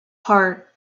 heart